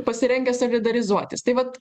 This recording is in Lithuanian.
pasirengęs solidarizuotis tai vat